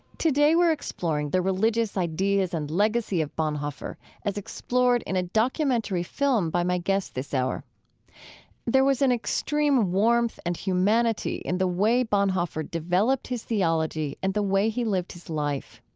today we're exploring the religious ideas and legacy of bonhoeffer as explored in a documentary film by my guest this hour there was an extreme warmth and humanity in the way bonhoeffer developed his theology and the way he lived his life.